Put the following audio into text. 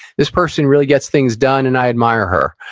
this person really gets things done, and i admire her.